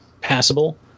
passable